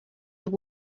that